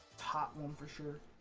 top and um fisher